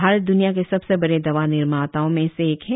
भारत द्निया के सबसे बड़े दवा निर्माताओं में से एक है